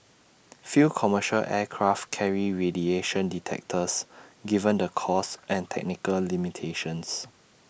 few commercial aircraft carry radiation detectors given the costs and technical limitations